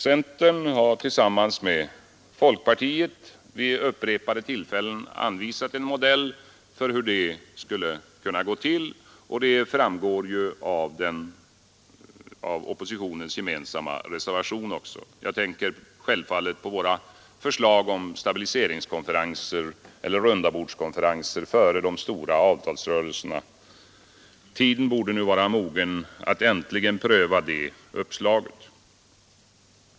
Centern har tillsammans med folkpartiet vid upprepade tillfällen anvisat en modell för hur det skulle kunna gå till, och det framgår ju också av oppositionens gemensamma reservation. Jag tänker självfallet på våra förslag om stabiliseringskonferenser eller rundabordskonferenser före de stora avtalsrörelserna. Tiden borde nu vara mogen att äntligen pröva det uppslaget.